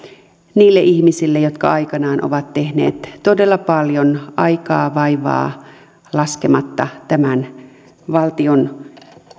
niille ihmisille jotka aikanaan ovat tehneet todella paljon aikaa vaivaa laskematta tämän valtion